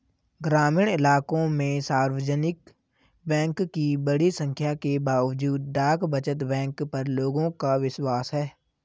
ग्रामीण इलाकों में सार्वजनिक बैंक की बड़ी संख्या के बावजूद डाक बचत बैंक पर लोगों का विश्वास है